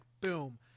boom